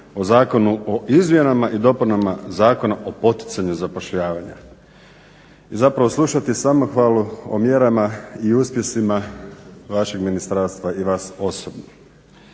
o zakonu o izmjenama i dopunama Zakona o poticanju zapošljavanja i zapravo slušati samohvalu o mjerama i uspjesima vašeg ministarstva i vas osobno.